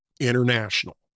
International